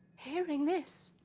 hearing this,